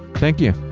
thank you.